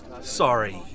Sorry